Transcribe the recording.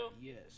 Yes